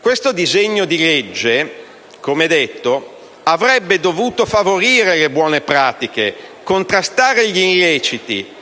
Questo disegno di legge, come detto, avrebbe dovuto favorire le buone pratiche e contrastare gli illeciti;